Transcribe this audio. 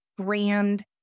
grand